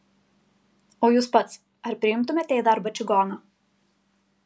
o jūs pats ar priimtumėte į darbą čigoną